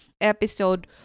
episode